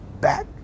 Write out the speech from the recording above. back